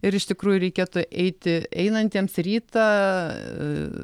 ir iš tikrųjų reikėtų eiti einantiems rytą